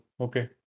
okay